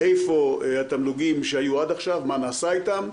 איפה התמלוגים שהיו עד עכשיו - מה נעשה איתם.